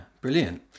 brilliant